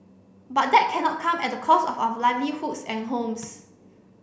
but that cannot come at the cost of our livelihoods and homes